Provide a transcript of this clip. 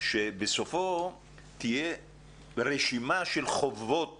שבסופו תהיה רשימה של חובות